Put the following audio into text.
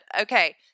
okay